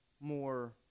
more